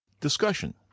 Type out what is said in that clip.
Discussion